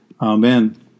Amen